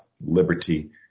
liberty